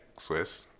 Swiss